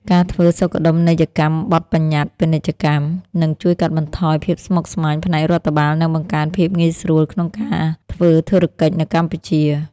ការធ្វើសុខដុមនីយកម្មបទបញ្ញត្តិពាណិជ្ជកម្ម នឹងជួយកាត់បន្ថយភាពស្មុគស្មាញផ្នែករដ្ឋបាល និងបង្កើនភាពងាយស្រួលក្នុងការធ្វើធុរកិច្ចនៅកម្ពុជា។